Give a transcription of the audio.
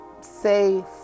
say